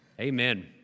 Amen